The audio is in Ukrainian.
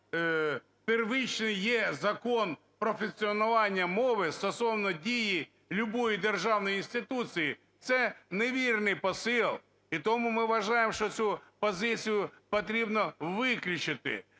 що первичный є закон про функціонування мови стосовно дії любої державної інституції. Це невірний посил. І тому ми вважаємо, що цю позицію потрібно виключити.